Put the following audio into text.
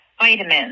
vitamins